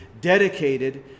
dedicated